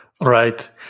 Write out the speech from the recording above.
right